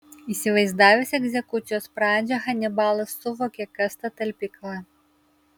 įsivaizdavęs egzekucijos pradžią hanibalas suvokė kas ta talpykla